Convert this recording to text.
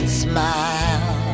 smile